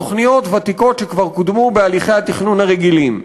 תוכניות ותיקות שכבר קודמו בהליכי התכנון הרגילים,